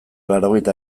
laurogeita